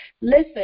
listen